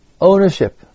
ownership